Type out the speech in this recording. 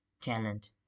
talent